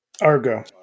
Argo